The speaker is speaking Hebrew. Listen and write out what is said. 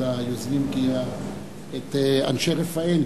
את אנשי רפא"ל.